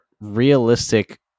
realistic